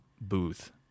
booth